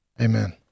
Amen